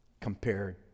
compared